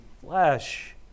flesh